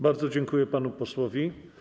Bardzo dziękuję panu posłowi.